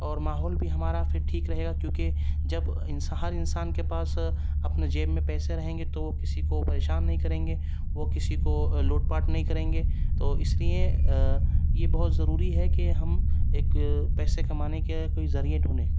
اور ماحول بھی ہمارا پھر ٹھیک رہے گا کیونکہ جب انسان انسان کے پاس اپنے جیب میں پیسے رہیں گے تو وہ کسی کو پریشان نہیں کریں گے وہ کسی کو لوٹ پاٹ نہیں کریں گے تو اس لئے یہ بہت ضروری ہے کہ ہم ایک پیسے کمانے کے کوئی ذریعہ ڈھونڈیں